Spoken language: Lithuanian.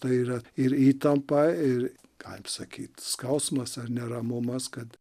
tai yra ir įtampa ir kaip sakyt skausmas ar neramumas kad